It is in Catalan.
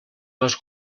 les